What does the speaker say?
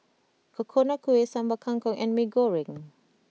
Coconut Kuih Sambal Kangkong and Mee Goreng